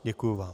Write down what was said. Děkuji vám.